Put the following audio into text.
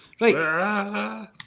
Right